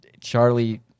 Charlie